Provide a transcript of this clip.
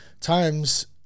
times